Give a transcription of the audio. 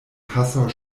passau